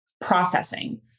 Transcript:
processing